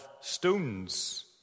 stones